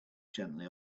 gently